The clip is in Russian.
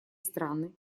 страны